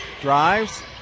drives